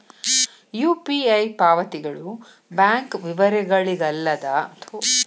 UPI ಪಾವತಿಗಳು bank ವಿವರಗಳಿಲ್ಲದ ತ್ವರಿತ ಹಣ ವರ್ಗಾವಣೆಗ ಅನುಮತಿಸುವ ಪಾವತಿ ಕಾರ್ಯವಿಧಾನ ಆಗೆತಿ